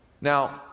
Now